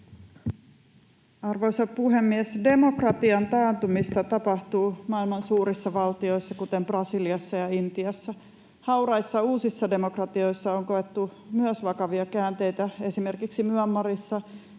Arvoisa puhemies! Demokratian taantumista tapahtuu maailman suurissa valtioissa, kuten Brasiliassa ja Intiassa. Hauraissa uusissa demokratioissa on koettu myös vakavia käänteitä, esimerkiksi Myanmarissa